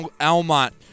Almont